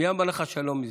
מי אמר לך שאני לא מזדהה?